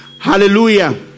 Hallelujah